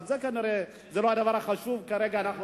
אבל זה לא הדבר החשוב כרגע.